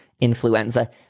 influenza